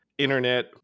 internet